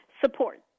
support